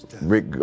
Rick